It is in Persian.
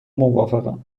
موافقم